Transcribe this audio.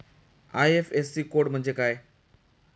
IFSC code म्हणजे काय?